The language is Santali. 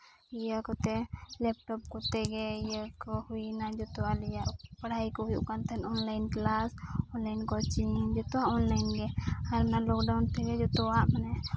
ᱤᱭᱹ ᱠᱚᱛᱮ ᱞᱮᱯᱴᱚᱯ ᱠᱚᱛᱮᱜᱮ ᱤᱭᱟᱹ ᱠᱚ ᱦᱩᱭ ᱮᱱᱟ ᱡᱚᱛᱚ ᱟᱞᱮᱭᱟᱜ ᱯᱟᱲᱦᱟᱣ ᱠᱚ ᱦᱩᱭᱩᱜ ᱠᱟᱱ ᱛᱟᱦᱮᱱᱚᱜᱼᱟ ᱚᱱᱞᱟᱭᱤᱱ ᱠᱞᱟᱥ ᱚᱱᱞᱟᱭᱤᱱ ᱠᱚᱪᱤᱝ ᱡᱚᱛᱚᱣᱟᱜ ᱚᱱᱞᱟᱭᱤᱱ ᱜᱮ ᱟᱨ ᱚᱱᱟ ᱞᱚᱠᱰᱟᱣᱩᱱ ᱛᱮᱜᱮ ᱡᱚᱛᱚᱣᱟᱜ ᱢᱟᱱᱮ